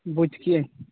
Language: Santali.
ᱵᱩᱡᱽ ᱠᱮᱜ ᱟ ᱧ